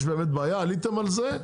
יש באמת בעיה עליתם על זה,